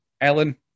Ellen